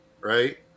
right